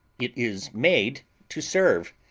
it is made to serve.